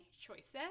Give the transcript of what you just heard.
choices